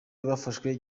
bafashwe